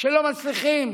שלא מצליחים